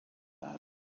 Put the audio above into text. that